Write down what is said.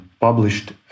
published